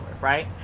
right